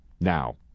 Now